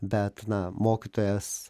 bet na mokytojas